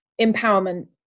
empowerment